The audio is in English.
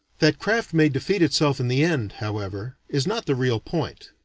that craft may defeat itself in the end, however, is not the real point.